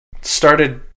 started